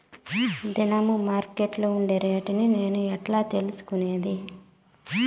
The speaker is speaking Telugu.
దినము మార్కెట్లో ఉండే రేట్లని నేను ఎట్లా తెలుసుకునేది?